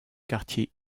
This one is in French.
quartier